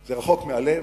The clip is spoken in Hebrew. זה רחוק מהלב